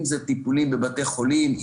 אם אלה טיפולים בבתי חולים,